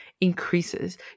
increases